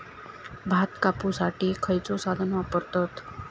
भात कापुसाठी खैयचो साधन वापरतत?